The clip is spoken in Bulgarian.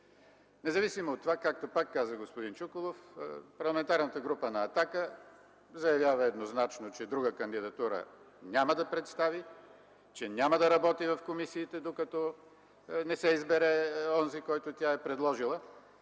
Независимо от това, както пак каза господин Чуколов – Парламентарната група на „Атака”, заявява еднозначно, че друга кандидатура няма да представи, че няма да работи в комисиите, докато не се избере онзи, който тя е предложила.